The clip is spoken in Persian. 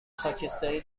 خاکستری